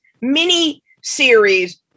mini-series